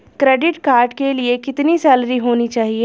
Credit card के लिए कितनी सैलरी होनी चाहिए?